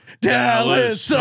Dallas